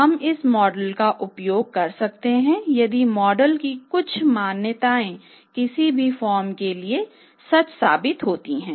हम इस मॉडल का उपयोग कर सकते हैं यदि मॉडल की कुछ मान्यताएँ किसी भी फर्म के लिए सच है